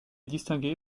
distingué